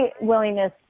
willingness